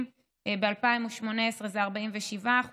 ב-2018 זה 47%,